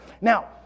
Now